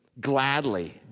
gladly